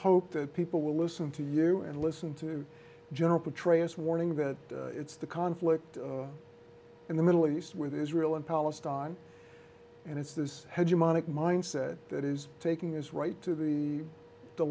hope that people will listen to you and listen to general petraeus warning that it's the conflict in the middle east with israel and palestine and it's this head you monic mindset that is taking is right to the the